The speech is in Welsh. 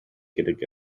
gydag